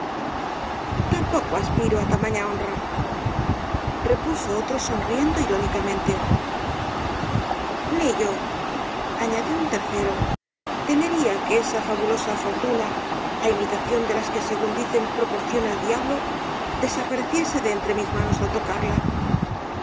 tampoco aspiro á t a m a ñ a honra repuso otro sonriendo irónicamente ni yoañadió un tercerotemería que esa fabulosa fortuna á imitación de las que según dicen proporciona el diablo desapareciese de entre mis manos al tocarla